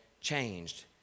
changed